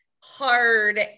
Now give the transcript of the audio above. hard